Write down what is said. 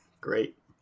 great